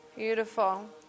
Beautiful